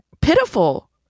pitiful